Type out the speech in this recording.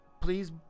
please